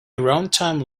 runtime